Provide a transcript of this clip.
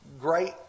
great